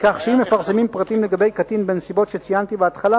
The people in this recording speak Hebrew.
כך שאם מפרסמים פרטים לגבי קטין בנסיבות שציינתי בהתחלה,